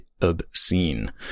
obscene